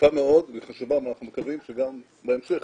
יפה מאוד וחשובה ואנחנו מקווים שגם בהמשך,